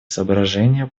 соображения